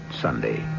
Sunday